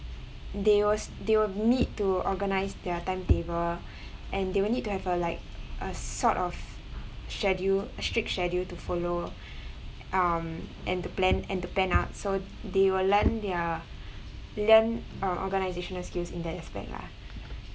there was they will need to organise their timetable and they will need to have a like a sort of schedule strict schedule to follow um and the plan and the plan nah so they will learn their learn uh organisational skills in that aspects lah